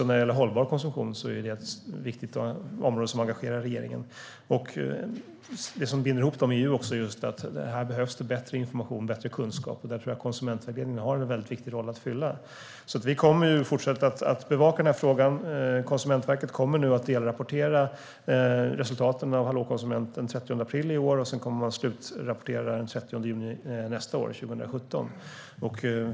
Även hållbar konsumtion är ett område som engagerar regeringen. Det som binder ihop dessa områden är att det behövs bättre information och kunskap. Där har konsumentvägledningen en viktig roll att fylla. Regeringen kommer att fortsätta att bevaka frågan. Konsumentverket kommer att delrapportera resultaten av Hallå konsument den 30 april i år. Sedan kommer man att slutrapportera den 30 juni 2017.